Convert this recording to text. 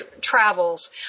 travels